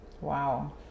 Wow